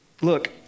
look